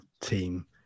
team